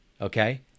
okay